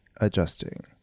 adjusting